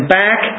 back